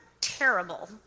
terrible